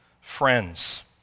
friends